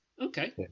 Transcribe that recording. Okay